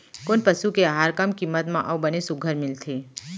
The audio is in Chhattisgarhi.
कोन पसु के आहार कम किम्मत म अऊ बने सुघ्घर मिलथे?